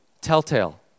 telltale